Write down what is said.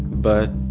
but